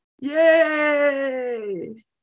Yay